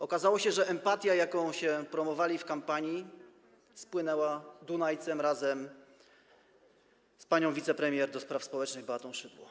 Okazało się, że empatia, jaką się promowali w kampanii, spłynęła Dunajcem razem z panią wicepremier do spraw społecznych Beatą Szydło.